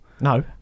no